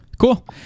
Cool